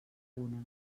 una